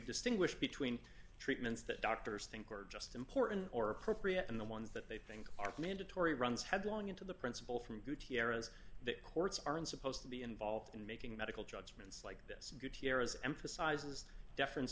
distinguish between treatments that doctors think are just important or appropriate and the ones that they think are mandatory runs headlong into the principle from gutierrez that courts aren't supposed to be involved in making medical judgments let's get here as emphasizes deference